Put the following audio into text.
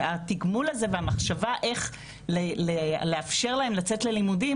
התגמול הזה והמחשבה על איך לאפשר להם לצאת ללימודים